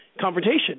confrontation